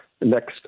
next